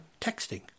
texting